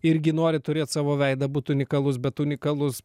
irgi nori turėt savo veidą būt unikalus bet unikalus